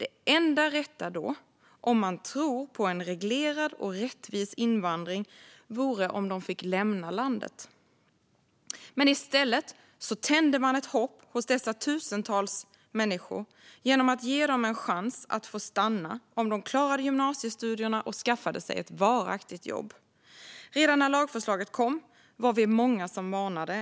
Det enda rätta då, om man tror på en reglerad och rättvis invandring, vore att de fick lämna landet. Men i stället tände man ett hopp hos dessa tusentals människor genom att ge dem en chans att få stanna om de klarade gymnasiestudierna och skaffade sig ett varaktigt jobb. Redan när lagförslaget kom var vi många som varnade.